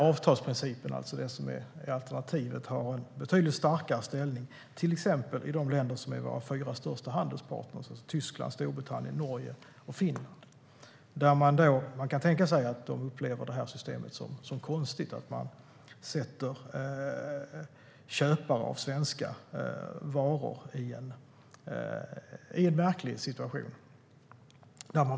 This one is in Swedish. Avtalsprincipen, alltså det som är alternativet, har en betydligt starkare ställning till exempel i de länder som är våra fyra största handelspartner: Tyskland, Storbritannien, Norge och Finland. Man kan tänka sig att de upplever detta system, när man sätter köpare av svenska varor i en märklig situation, som konstigt.